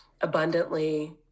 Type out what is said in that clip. abundantly